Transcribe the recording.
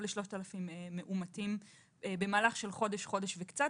ל-3,000 מאומתים במהלך של חודש-חודש וקצת,